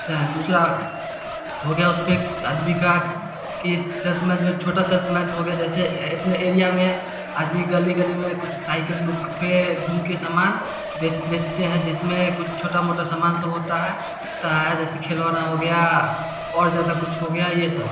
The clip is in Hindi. सहन दूसरा हो गया उसपर आदमी का के सेल्समैन में छोटा सेल्समैन हो गए जैसे इतने एरिया में आदमी गली गली में कुछ साइकिल लुक पर घूम के सामान बेच बेचते हैं जिसमें कुछ छोटा मोटा सामान सब होता है ता है जैसे खिलौना हो गया और ज्यादा कुछ हो गया ये सब